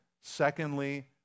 secondly